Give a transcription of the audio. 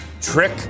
Trick